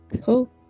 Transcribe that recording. Cool